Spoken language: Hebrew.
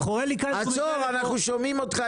אנחנו שומעים אותך,